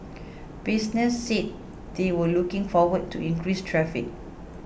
businesses said they were looking forward to increased traffic